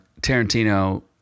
Tarantino